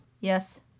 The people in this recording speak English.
Yes